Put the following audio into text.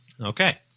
okay